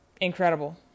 incredible